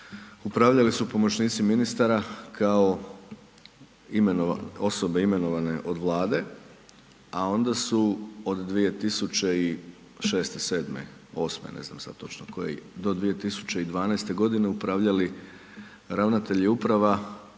upravljali su pomoćnici ministara kao osobe imenovane od Vlade a onda su od 2006., 2007., 2008., ne znam sam točno koje, do 2012. g. upravljali ravnatelji uprava